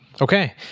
Okay